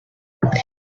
nous